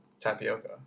tapioca